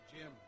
Jim